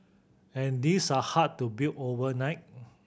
and these are hard to build overnight